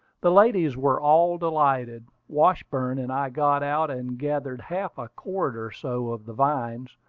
the ladies were all delighted. washburn and i got out, and gathered half a cord or so of the vines,